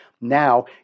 now